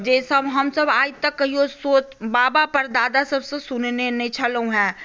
जे सभ हमसभ आइ तक कहियो सोचियो बाबा परदादा सभसँ सुनने नहि छलहुँ हँ